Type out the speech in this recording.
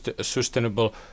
sustainable